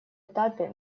этапе